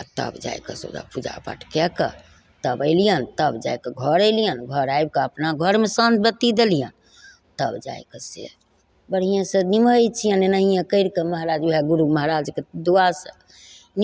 आ तब जाए कऽ से ओहि जऽ पूजापाठ कए कऽ तब अयलियनि तब जाए कऽ घर अयलियनि घर आबि कऽ अपना घरमे साँझ बाती देलियनि तब जाए कऽ से बढ़िएँसँ निमहै छियनि एनाहिए करि कऽ महाराज उएह गुरू महाराजके दुआसँ